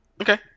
Okay